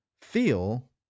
feel